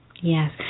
Yes